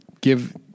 give